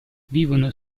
vivono